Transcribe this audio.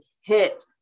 hit